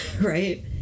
right